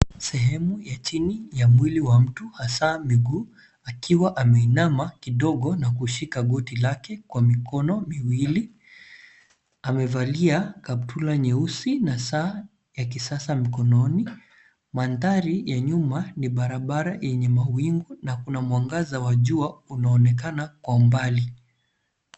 Sehemu ya chini ya mwili wa mtu hasa miguu akiwa ameinama kidogo na kushika goti lake kwa mikono miwili. Amevalia kaptula nyeusi na saa ya kisasa mkononi. Mandhari ya nyuma ni barabara yenye mawingu na kuna mwangaza wa jua unaonekana kwa umbali.